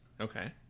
Okay